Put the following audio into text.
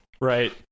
Right